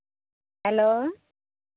hello